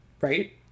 right